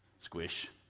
squish